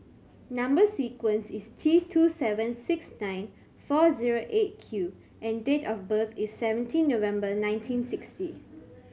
number sequence is T two seven six nine four zero Eight Q and date of birth is seventeen November nineteen sixty